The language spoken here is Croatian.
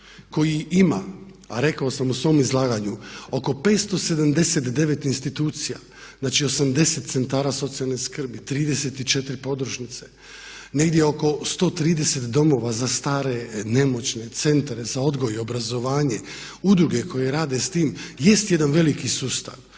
koji ima a rekao sam u svom izlaganju oko 579 institucija, znači 80 centara socijalne skrbi, 34 podružnice, negdje oko 130 domova za stare, nemoćne, centre za odgoj i obrazovanje, udruge koje rade sa time, jest jedan veliki sustav.